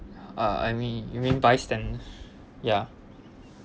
uh I mean you mean bystander ya